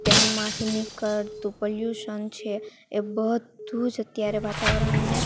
તેમાંથી નીકળતું પલ્યુશન છે એ બધું જ અત્યારે વાતાવરણને